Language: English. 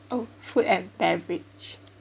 oh food and beverage